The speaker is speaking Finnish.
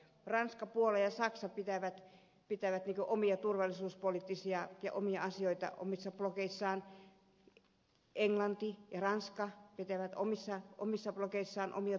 ranska puola ja saksa pitävät omia turvallisuuspoliittisia asioitaan omissa blokeissaan englanti ja ranska pitävät omissa blokeissaan omia turvallisuuspoliittisia asioitaan